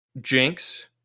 jinx